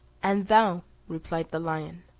and thou, replied the lion,